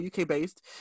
UK-based